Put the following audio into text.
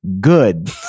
Good